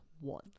one